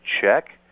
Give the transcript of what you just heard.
check